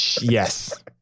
Yes